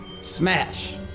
Smash